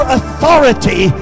authority